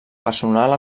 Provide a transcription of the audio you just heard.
personal